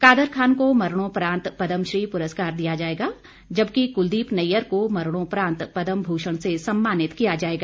कादर खान को मरणोपरांत पद्मश्री पुरस्कार दिया जाएगा जबकि कुलदीप नय्यर को मरणोपरांत पद्मभूषण से सम्मानित किया जाएगा